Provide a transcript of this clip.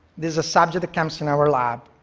this is a subject that comes in our lab,